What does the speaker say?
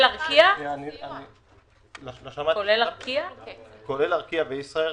כולל ארקיע וישראייר.